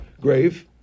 grave